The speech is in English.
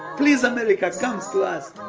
please america, comes to us.